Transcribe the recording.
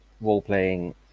role-playing